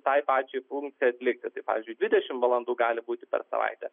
tai pačiai funkcijai atlikti tai pavyzdžiui dvidešimt valandų gali būti per savaitę